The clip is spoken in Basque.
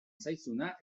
zaizuna